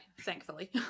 thankfully